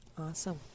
Awesome